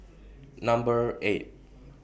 Number eight